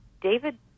David